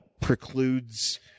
precludes